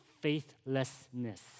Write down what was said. faithlessness